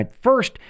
First